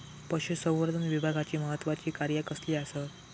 पशुसंवर्धन विभागाची महत्त्वाची कार्या कसली आसत?